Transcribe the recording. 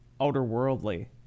outer-worldly